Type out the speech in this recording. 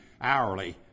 hourly